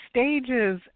Stages